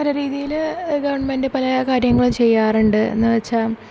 പല രീതിയില് ഗവൺമെൻറ്റ് പല കാര്യങ്ങളും ചെയ്യാറുണ്ട് എന്ന് വെച്ചാൽ